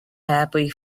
happy